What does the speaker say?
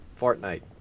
Fortnite